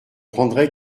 prendrai